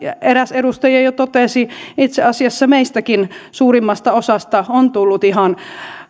eräs edustaja jo totesi itse asiassa meistäkin suurimmasta osasta on tullut ihan